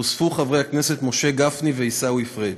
הוספו חברי הכנסת משה גפני ועיסאווי פריג'.